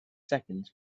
seconds